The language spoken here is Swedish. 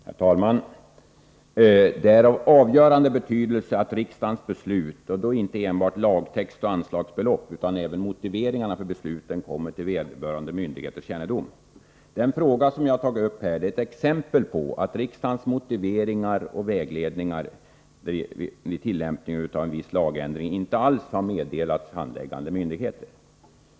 Herr talman! Det är av avgörande betydelse att riksdagens beslut — inte bara i fråga om lagtext och anslagsbelopp utan även i fråga om motiveringarna för besluten — bringas till vederbörande myndigheters kännedom. Den fråga som jag här tagit upp utgör ett exempel. Riksdagens motiveringar och vägledning vid tillämpning av en viss lagändring har nämligen inte alls meddelats handläggande myndigheter.